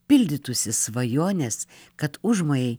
pildytųsi svajonės kad užmojai